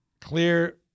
clear